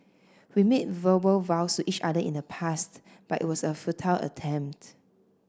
we made verbal vows to each other in the past but it was a futile attempt